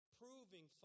proving